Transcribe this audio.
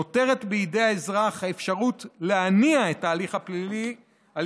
נותרת בידי האזרח האפשרות להניע את ההליך הפלילי על